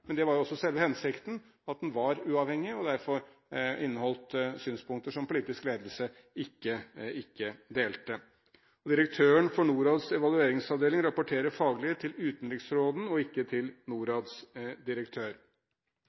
men det var også selve hensikten, at den var uavhengig og derfor inneholdt synspunkter som politisk ledelse ikke delte. Direktøren for NORADs evalueringsavdeling rapporterer faglig til utenriksråden og ikke til NORADs direktør.